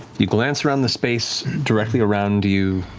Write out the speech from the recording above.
you glance around the space directly around you.